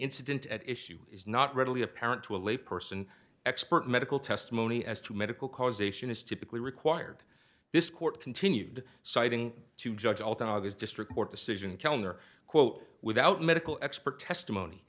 incident at issue is not readily apparent to a lay person expert medical testimony as to medical causation is typically required this court continued citing to judge ultimate as district court decision kellner quote without medical expert testimony